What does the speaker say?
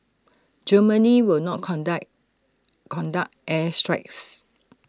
Germany will not contact conduct air strikes